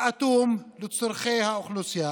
האטום לצורכי האוכלוסייה,